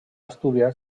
asturias